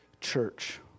church